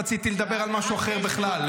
רציתי לדבר על משהו אחר בכלל,